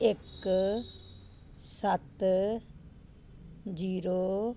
ਇੱਕ ਸੱਤ ਜ਼ੀਰੋ